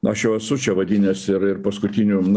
nu aš jau esu čia vadinęs ir ir paskutiniu